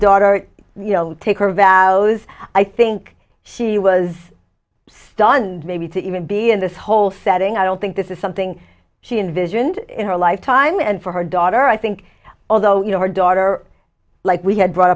daughter take her vows i think she was stunned maybe to even be in this whole setting i don't think this is something she envisioned in her lifetime and for her daughter i think although you know her daughter like we had brought